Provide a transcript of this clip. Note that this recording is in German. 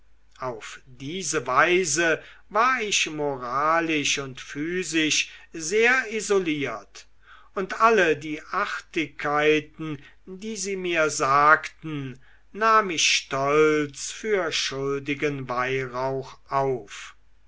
auf diese weise war ich moralisch und physisch sehr isoliert und alle die artigkeiten die sie mir sagten nahm ich stolz für schuldigen weihrauch auf